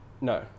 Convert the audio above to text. No